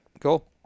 cool